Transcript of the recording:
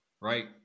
Right